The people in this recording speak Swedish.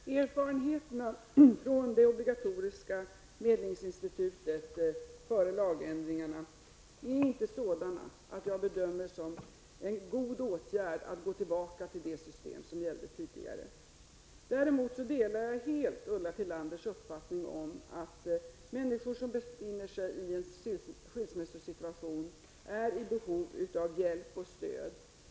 Herr talman! Erfarenheterna från det obligatoriska medlingsinstitutet från tiden före lagändringarna är inte sådana att jag bedömer det som en god åtgärd att gå tillbaka till det system som gällde tidigare. Däremot delar jag helt Ulla Tillanders uppfattning att människor som befinner sig i en skilsmässosituation är i behov av hjälp och stöd.